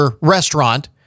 restaurant